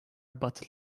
but